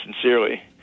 sincerely